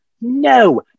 No